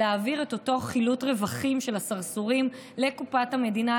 להעביר את אותו חילוט רווחים של הסרסורים לקופת המדינה,